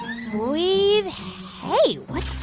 sweet hey, what's